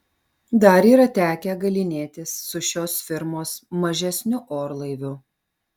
dar yra tekę galynėtis su šios firmos mažesniu orlaiviu